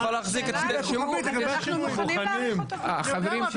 אני יכול להחזיק את --- אנחנו מוכנים להאריך אותו --- חברים,